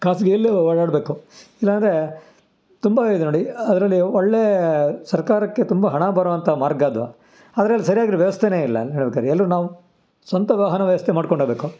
ಖಾಸಗಿಯಲ್ಲೇ ಓಡಾಡಬೇಕು ಇಲ್ಲಾಂದರೆ ತುಂಬ ಇದೆ ನೋಡಿ ಅದರಲ್ಲಿ ಒಳ್ಳೆ ಸರ್ಕಾರಕ್ಕೆ ತುಂಬ ಹಣ ಬರುವಂಥ ಮಾರ್ಗ ಅದು ಅದ್ರಲ್ಲಿ ಸರಿಯಾಗಿರೋ ವ್ಯವಸ್ಥೆನೇ ಇಲ್ಲ ಹೇಳ್ಬೇಕಾರೆ ಎಲ್ರೂ ನಾವು ಸ್ವಂತ ವಾಹನ ವ್ಯವಸ್ಥೆ ಮಾಡ್ಕೊಂಡೋಗ್ಬೇಕು